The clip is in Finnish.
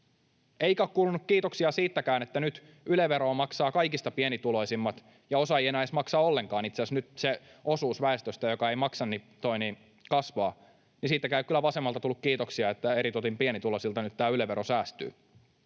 Eikä ole kuulunut kiitoksia siitäkään, että nyt Yle-veroa lasketaan ja kaikista pienituloisimmista osa ei enää maksa sitä ollenkaan. Itse asiassa nyt kasvaa se osuus väestöstä, joka ei maksa, mutta siitäkään ei kyllä vasemmalta ole tullut kiitoksia, että eritoten pienituloisilta nyt tämä Yle-vero säästyy.